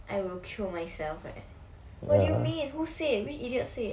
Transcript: I will kill myself leh what do you mean who said which idiot said